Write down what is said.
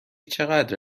چقدر